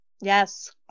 Yes